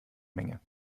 menge